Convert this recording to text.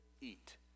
eat